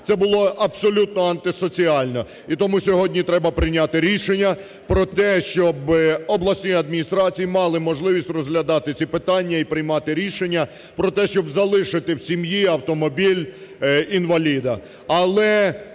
Це було абсолютно антисоціально. І тому сьогодні треба прийняти рішення про те, щоб обласні адміністрації мали можливість розглядати ці питання і приймати рішення про те, щоб залишити в сім'ї автомобіль інваліда.